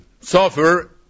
suffer